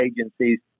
agencies